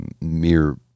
mere